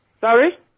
Sorry